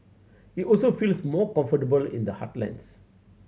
it also feels more comfortable in the heartlands